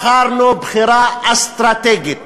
בחרנו בחירה אסטרטגית